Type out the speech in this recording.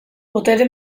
botere